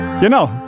Genau